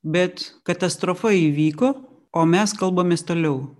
bet katastrofa įvyko o mes kalbamės toliau